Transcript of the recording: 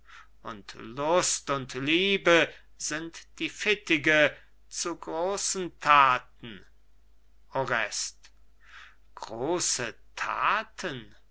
und lust und liebe sind die fittige zu großen thaten orest große thaten